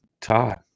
Todd